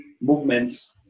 movements